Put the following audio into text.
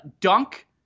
dunk